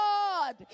God